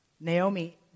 Naomi